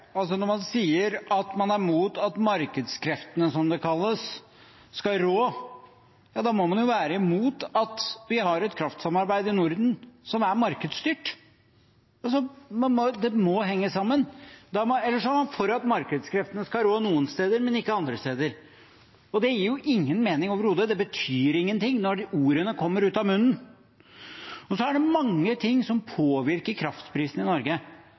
Når man sier at man er imot at markedskreftene, som det kalles, skal rå – ja, da må man jo være imot at vi har et kraftsamarbeid i Norden som er markedsstyrt. Det må henge sammen – ellers er man for at markedskreftene skal rå noen steder, men ikke andre steder. Det gir jo ingen mening overhodet, det betyr ingenting når ordene kommer ut av munnen. Så er det mange ting som påvirker kraftprisene i Norge.